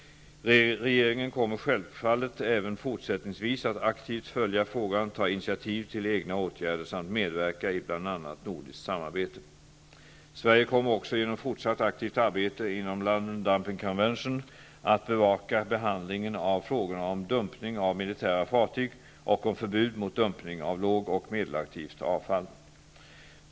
Regeringen kommer självfallet även fortsättningsvis att aktivt följa frågan, ta initiativ till egna åtgärder samt medverka i bl.a. nordiskt samarbete. Sverige kommer också genom fortsatt aktivt arbete inom London Dumping Convention att bevaka behandlingen av frågorna om dumpning av militära fartyg och om förbud mot dumpning av låg och medelaktivt avfall.